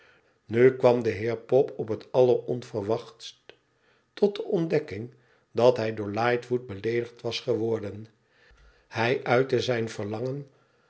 nu kwam de heer pop op hetalleronverwachtsttotdeontdekkmg dat hij door lightwood beleedigd was geworden hij uitte zijn verlangen